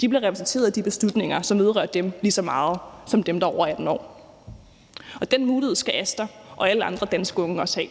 De bliver repræsenteret i de beslutninger, som vedrører dem lige så meget som dem, der er over 18 år, og den mulighed skal Asta og alle andre danske unge også have.